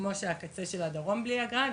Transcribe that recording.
כמו שהקצה של הדרום בלי אגרה,